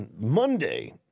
Monday